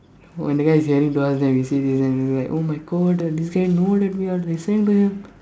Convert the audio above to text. when the guy is hearing to us then we say this then he like oh my God this guy know that we are listening to him